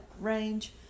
range